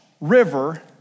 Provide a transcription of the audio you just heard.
river